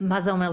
מה זה אומר?